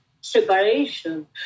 separation